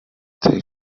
taken